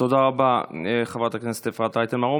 תודה רבה, חברת הכנסת אפרת רייטן מרום.